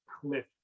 cliff